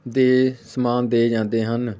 ਦੇ ਸਮਾਨ ਦੇ ਜਾਂਦੇ ਹਨ